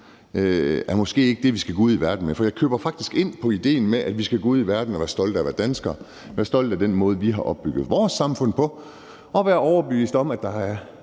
ret måske ikke er det, vi skal gå ud i verden med. For jeg køber faktisk ind på idéen om, at vi skal gå ud i verden og være stolte af at være danskere, være stolte af den måde, vi har opbygget vores samfund på, og være overbeviste om, at der er